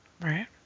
Right